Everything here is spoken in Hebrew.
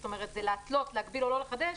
זאת אומרת זה להתלות, להגביל או לא לחדש.